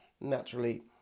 naturally